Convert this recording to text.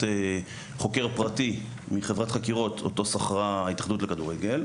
באמצעות חוקר פרטי מחברת חקירות אותו שכרה ההתאחדות לכדורגל.